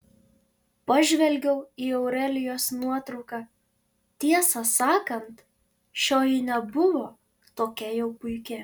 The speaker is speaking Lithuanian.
pažvelgiau į aurelijos nuotrauką tiesą sakant šioji nebuvo tokia jau puiki